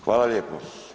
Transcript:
Hvala lijepo.